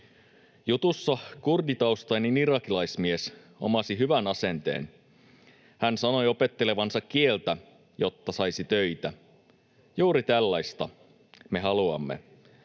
Jutussa kurditaustainen irakilaismies omasi hyvän asenteen. Hän sanoi opettelevansa kieltä, jotta saisi töitä. Juuri tällaista me haluamme.